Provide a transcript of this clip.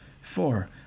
four